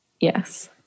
yes